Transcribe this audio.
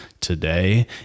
today